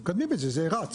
מקדמים את זה, זה רץ.